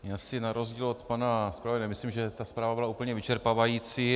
Já si na rozdíl od pana zpravodaje nemyslím, že ta zpráva byla úplně vyčerpávající.